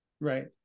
Right